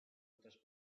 otras